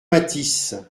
mathis